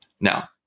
Now